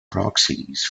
proxies